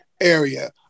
area